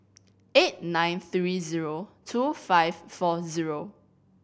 eight nine three zero two five four zero